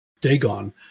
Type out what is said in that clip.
Dagon